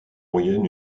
moyenne